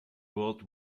world